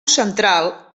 central